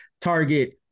target